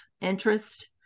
interest